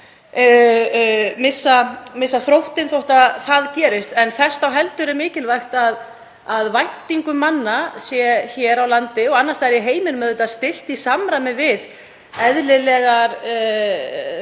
missa þróttinn þótt það gerist. En þess þá heldur er mikilvægt að væntingar manna séu hér á landi og annars staðar í heiminum í samræmi við eðlilegar